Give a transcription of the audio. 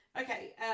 Okay